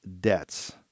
debts